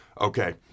Okay